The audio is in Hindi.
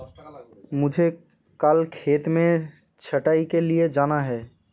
मुझे कल खेत में छटाई के लिए जाना है